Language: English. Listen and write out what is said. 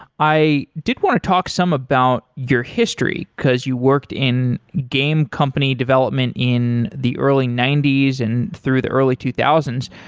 i did want to talk some about your history, because you worked in game company development in the early ninety s and through the early two thousand